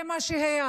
זה מה שהיה.